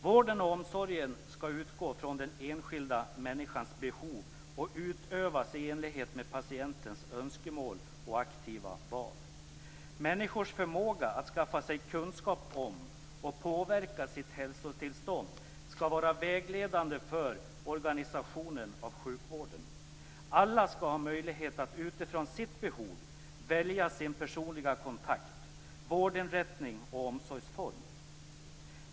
Vården och omsorgen skall utgå från den enskilda människans behov och utövas i enlighet med patientens önskemål och aktiva val. Människors förmåga att skaffa sig kunskap om och påverka sitt hälsotillstånd skall vara vägledande för organisationen av sjukvården. Alla skall ha möjlighet att utifrån sitt behov välja sin personliga kontakt, vårdinrättning och omsorgsform.